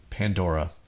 Pandora